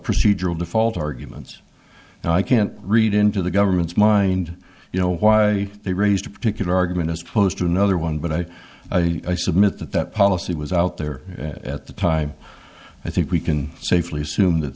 procedural default arguments and i can't read into the government's mind you know why they raised a particular argument as opposed to another one but i i i submit that that policy was out there at the time i think we can safely assume that